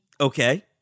Okay